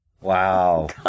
Wow